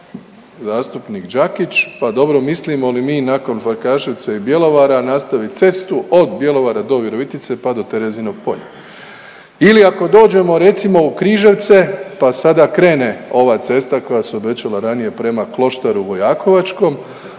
zastupnik Đakić, pa dobro, mislimo li mi nakon Farkašice i Bjelovara nastaviti cestu od Bjelovara do Virovitice pa do Terezinog Polja. Ili ako dođemo, recimo u Križevce pa sada krene ova cesta koja se obećala ranije prema Kloštaru Vojakovačkom